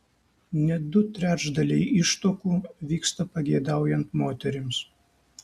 net du trečdaliai ištuokų vyksta pageidaujant moterims